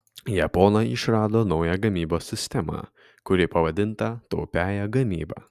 japonai išrado naują gamybos sistemą kuri pavadinta taupiąja gamyba